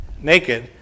naked